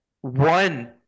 One